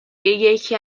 یکی